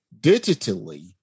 digitally